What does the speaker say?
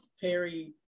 Perry